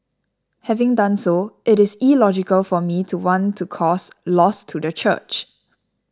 having done so it is illogical for me to want to cause loss to the church